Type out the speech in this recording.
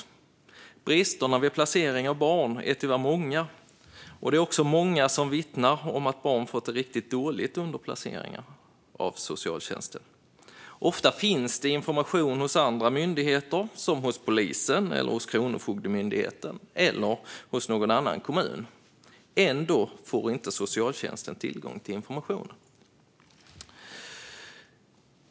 Bristerna vid placering av barn är tyvärr många, och det är också många som vittnar om att barn har fått det riktigt dåligt under socialtjänstens placeringar. Ofta finns det information hos andra myndigheter, som polisen, Kronofogdemyndigheten eller någon annan kommun, men socialtjänsten får inte tillgång till den.